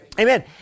Amen